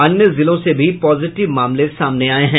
अन्य जिलों से भी पॉजिटिव मामले सामने आये हैं